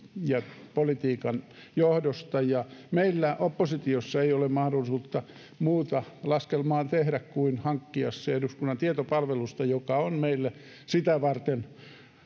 ja politiikan johdosta ja meillä oppositiossa ei ole mahdollisuutta muuta laskelmaa tehdä kuin hankkia se eduskunnan tietopalvelusta joka on meille sitä varten